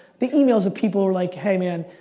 the emails of people, like, hey man,